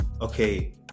okay